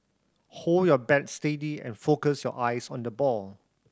hold your bat steady and focus your eyes on the ball